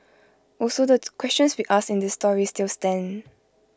also the questions we asked in this story still stand